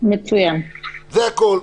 זה הכול.